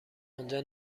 آنجا